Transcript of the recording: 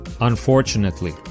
Unfortunately